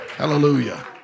hallelujah